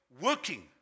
working